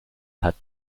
hat